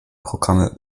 programme